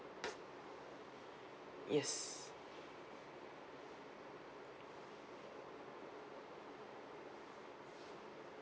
yes